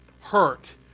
hurt